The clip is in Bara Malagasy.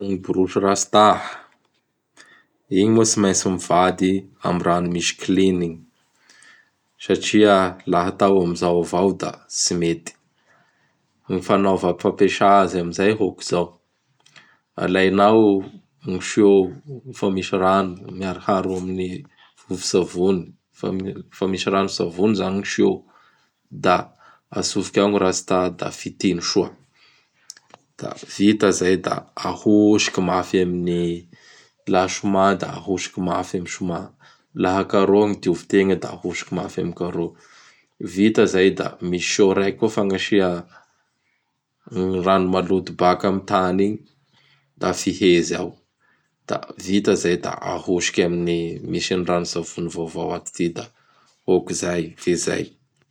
Gny brosy rasta, igny moa tsy maintsy mivady amin' gny rano misy clean igny satria laha atao amin'izao avao da tsy mety. Gn fanaova fampiasa azy amin'izay hôkizao: alainao ny sihô fa misy rano miharoharo amin' gny vovotsavony. Fa m fa misy ranosavony izany gny sihô; da atsofiky ao gny rasta da fitiny soa. Da vita izay da ahosoky mafy amin' gny(laha soma da ahosoky mafy amin'ny soma, laha carreau gny diovitegna da ahosoky mafy amin' gny carreau). Vita izay da misy sihô raiky koa fagnasia gny rano maloto baka amin' gny tany igny; da fihezy ao; da vita izay da ahosoky amin' gny ranotsavony vaovao ato ity. Da hôkizay fehizay.